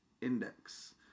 index